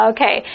Okay